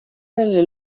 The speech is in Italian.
nelle